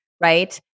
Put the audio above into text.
right